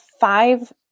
five